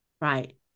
Right